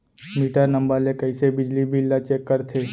Metre number ले कइसे बिजली बिल ल चेक करथे?